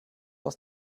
aus